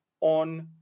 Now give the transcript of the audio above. on